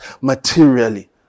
materially